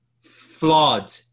flawed